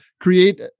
create